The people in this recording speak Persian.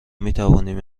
میتوانیم